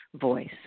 voice